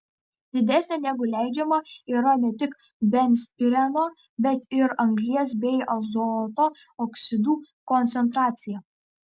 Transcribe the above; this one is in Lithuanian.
didesnė negu leidžiama yra ne tik benzpireno bet ir anglies bei azoto oksidų koncentracija